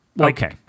Okay